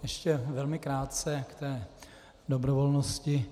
Ještě velmi krátce k té dobrovolnosti.